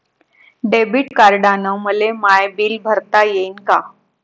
Debit कार्डानं मले माय बिल भरता येईन का?